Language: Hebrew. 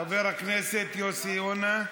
חבר הכנסת יוסי יונה.